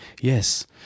Yes